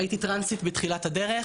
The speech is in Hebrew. הייתי טרנסית בתחילת הדרך.